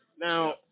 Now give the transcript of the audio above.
Now